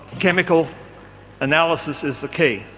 chemical analysis is the key.